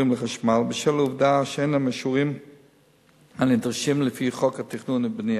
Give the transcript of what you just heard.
לחשמל בשל העובדה שאין להם אישורים הנדרשים לפי חוק התכנון והבנייה.